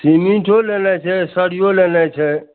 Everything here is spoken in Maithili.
सीमिन्टो लेनाइ छै सरियो लेनाइ छै